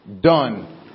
done